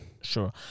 Sure